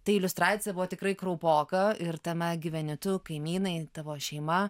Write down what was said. ta iliustracija buvo tikrai kraupoka ir tame gyveni tu kaimynai tavo šeima